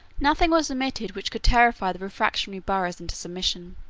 nothing was omitted which could terrify the refractory boroughs into submission.